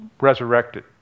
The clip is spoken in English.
resurrected